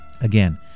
Again